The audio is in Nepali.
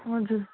हजुर